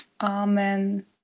amen